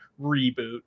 reboot